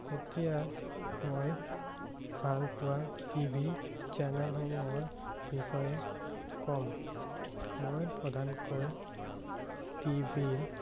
এতিয়া মই ভাল পোৱা টিভি চেনেলসমূহৰ বিষয়ে ক'ম মই প্ৰধানকৈ টিভি ৰ